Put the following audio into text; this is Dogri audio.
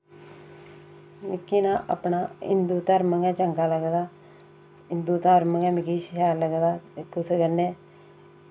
मिगी ना अपना हिंदु धर्म गै चंगा लगदा हिंदु धर्म गै मिगी शैल लगदा एह् कुसै कन्नै